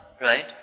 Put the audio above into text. right